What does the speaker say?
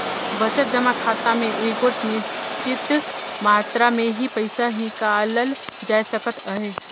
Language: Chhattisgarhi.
बचत जमा खाता में एगोट निच्चित मातरा में ही पइसा हिंकालल जाए सकत अहे